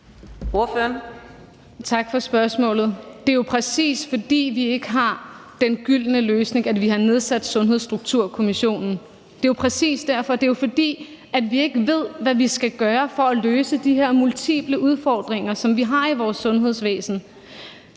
Tak for spørgsmålet. Det er jo, præcis fordi vi ikke har den gyldne løsning, at vi har nedsat Sundhedsstrukturkommissionen. Det er jo præcis derfor. Det er, fordi vi ikke ved, hvad vi skal gøre for at løse de her multiple udfordringer, som vi har i vores sundhedsvæsen.